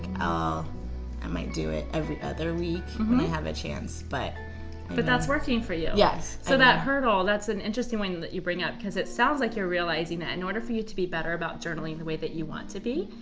ah i might do it every other week when i have a chance. but but that's working for you? yes. so that hurdle, it's an interesting one that you bring up, because it sounds like you're realizing that in order for you to be better about journaling the way that you want to be,